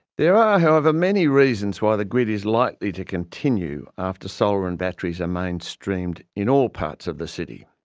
there are, however, many reasons why the grid is likely to continue after solar and batteries are mainstreamed in all parts of the city.